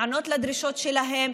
להיענות לדרישות שלהם.